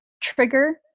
trigger –